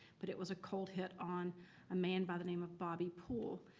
but it was a cold hit on a man by the name of bobby poole.